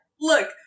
Look